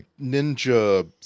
ninja